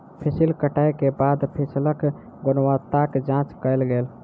फसिल कटै के बाद फसिलक गुणवत्ताक जांच कयल गेल